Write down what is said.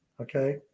okay